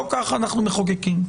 לא ככה אנחנו מחוקקים.